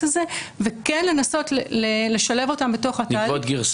הזה וכן לנסות לשלב אותם בתוך התהליך.